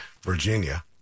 Virginia